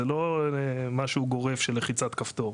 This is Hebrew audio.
זה לא משהו גורף של לחיצת כפתור.